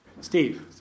Steve